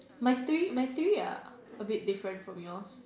my three my three uh a bit different from yours